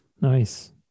Nice